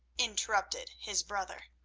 interrupted his brother.